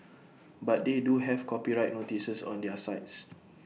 but they do have copyright notices on their sites